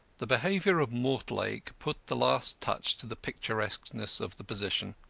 the behaviour of mortlake put the last touch to the picturesqueness of the position.